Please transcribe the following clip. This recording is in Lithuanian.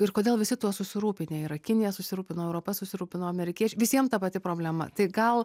ir kodėl visi tuo susirūpinę yra kinija susirūpino europa susirūpino amerikiečiai visiem ta pati problema tai gal